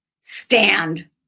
stand